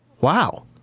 Wow